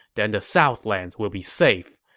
then the southlands will be safe.